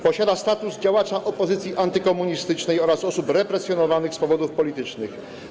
Posiada status działacza opozycji antykomunistycznej oraz osoby represjonowanej z powodów politycznych.